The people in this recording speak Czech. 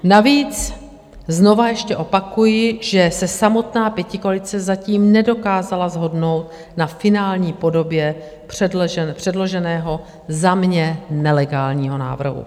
Navíc, znova ještě opakuji, že se samotná pětikoalice zatím nedokázala shodnout na finální podobě předloženého, za mě nelegálního návrhu.